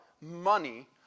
money